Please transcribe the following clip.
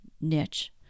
niche